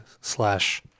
slash